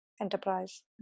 enterprise